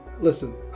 listen